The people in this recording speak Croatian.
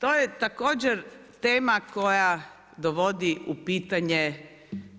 To je također tema koja dovodi u pitanje